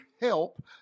help